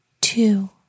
Two